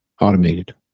automated